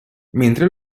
mentre